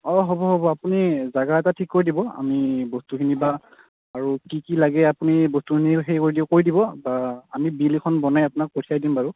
অঁ হ'ব হ'ব আপুনি জাগা এটা ঠিক কৰি দিব আমি বস্তুখিনি বা আৰু কি কি লাগে আপুনি বস্তুখিনি সেই কৰি দিব কৈ দিব বা আমি বিল এখন বনাই আপোনাক পঠিয়াই দিম বাৰু